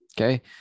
okay